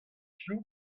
piv